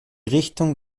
richtung